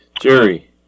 Jerry